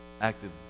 active